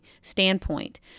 standpoint